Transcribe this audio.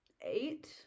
eight